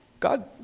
God